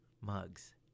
Mugs